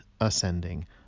ascending